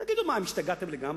תגידו, מה, השתגעתם לגמרי?